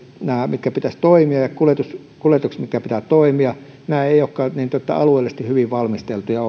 joiden pitäisi toimia ja kuljetukset kuljetukset joiden pitää toimia eivät olekaan alueellisesti hyvin valmisteltuja